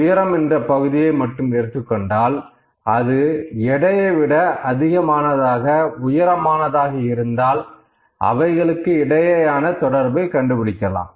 உயரம் என்ற பகுதியை மட்டும் எடுத்துக்கொண்டால் அது எடையைவிட அதிகமானதாக உயரமானதாக இருந்தால் அவைகளுக்கு இடையேயான தொடர்பை கண்டுபிடிக்கலாம்